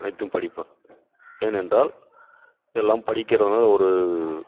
அனைத்தும் படிப்பேன் ஏன் என்றால் இதெல்லாம் படிக்கிறதுனால் ஒரு